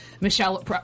Michelle